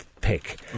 pick